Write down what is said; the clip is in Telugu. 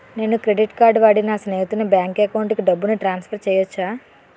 నేను క్రెడిట్ కార్డ్ వాడి నా స్నేహితుని బ్యాంక్ అకౌంట్ కి డబ్బును ట్రాన్సఫర్ చేయచ్చా?